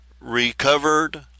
recovered